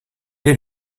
est